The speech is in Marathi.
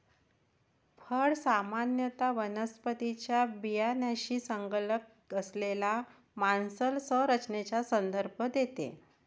फळ सामान्यत वनस्पतीच्या बियाण्याशी संलग्न असलेल्या मांसल संरचनेचा संदर्भ देते